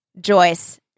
Joyce